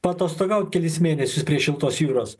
paatostogaut kelis mėnesius prie šiltos jūros